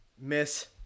miss